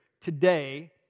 Today